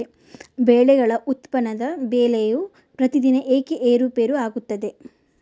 ಬೆಳೆಗಳ ಉತ್ಪನ್ನದ ಬೆಲೆಯು ಪ್ರತಿದಿನ ಏಕೆ ಏರುಪೇರು ಆಗುತ್ತದೆ?